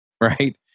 right